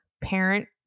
parent